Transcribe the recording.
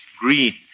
Green